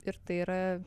ir tai yra